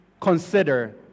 consider